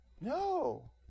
No